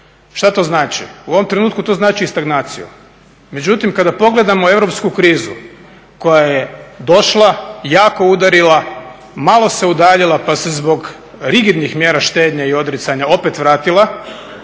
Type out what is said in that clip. Šta to znači? U ovom trenutku to znači stagnaciju. Međutim kada pogledamo europsku krizu koja je došla, jako udarila, malo se udaljila pa se zbog rigidnih mjera štednje i odricanja opet vratila,